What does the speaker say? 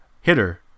hitter